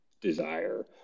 desire